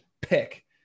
pick